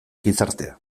gizartea